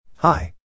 Hi